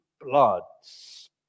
bloods